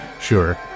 sure